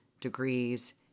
degrees